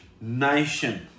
nation